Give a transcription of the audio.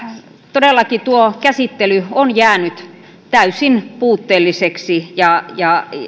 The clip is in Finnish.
todellakin tuo käsittely on jäänyt täysin puutteelliseksi ja ja